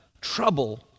trouble